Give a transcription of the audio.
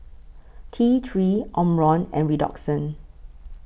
T three Omron and Redoxon